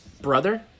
brother